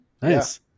Nice